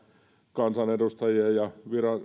kansanedustajien ja